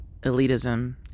elitism